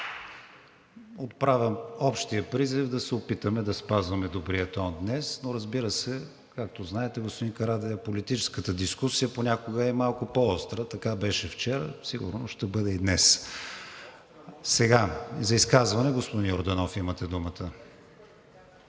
Отправям общия призив да се опитаме да спазваме добрия тон днес, но, разбира се, както знаете, господин Карадайъ, политическата дискусия понякога е малко по-остра. Така беше вчера, сигурно ще бъде и днес. Господин Йорданов, имате думата